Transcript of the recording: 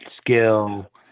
skill